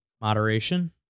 moderation